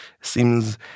seems